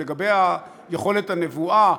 לגבי יכולת הנבואה,